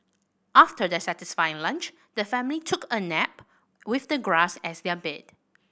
after their satisfying lunch the family took a nap with the grass as their bed